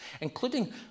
including